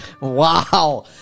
Wow